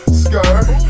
skirt